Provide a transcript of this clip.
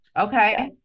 Okay